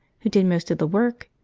who did most of the work?